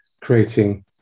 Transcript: creating